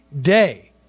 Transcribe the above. day